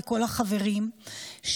לכל החברים,